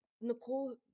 Nicole